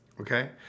Okay